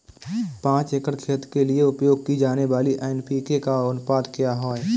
पाँच एकड़ खेत के लिए उपयोग की जाने वाली एन.पी.के का अनुपात क्या है?